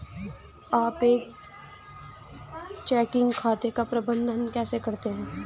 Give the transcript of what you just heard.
आप एक चेकिंग खाते का प्रबंधन कैसे करते हैं?